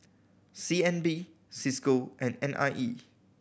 C N B Cisco and N I E